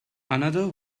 another